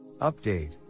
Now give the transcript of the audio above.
Update